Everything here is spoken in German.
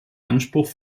anspruch